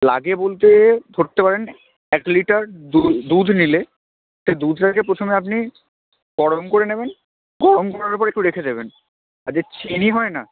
লাগে বলতে ধরতে পারেন এক লিটার দুধ নিলে সে দুধটাকে প্রথমে আপনি গরম করে নেবেন গরম করার পর একটু রেখে দেবেন আর যে চিনি হয় না